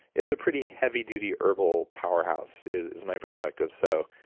it's a pretty heavy duty herbal powerhouse, is is my perspective. so,